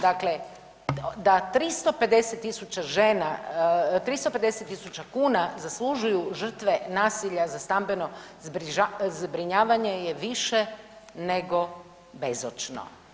Dakle, da 350 000 žena, 350 000 kuna zaslužuju žrtve nasilja za stambeno zbrinjavanje je više nego bezočno.